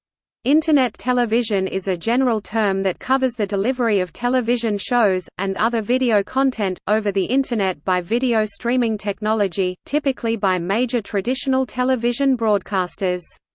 internet television is a general term that covers the delivery of television shows, and other video content, over the internet by video streaming technology, typically by major traditional television broadcasters.